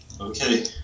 Okay